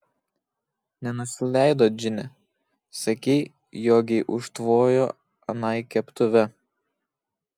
nenusileido džine sakei jogei užtvojo anai keptuve